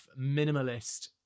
minimalist